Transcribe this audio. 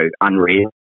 unreal